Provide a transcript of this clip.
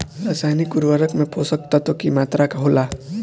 रसायनिक उर्वरक में पोषक तत्व की मात्रा होला?